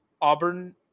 Auburn